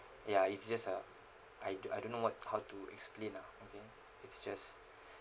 ya it's just uh I don~ I don't know what how to explain lah okay it's just